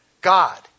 God